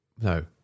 no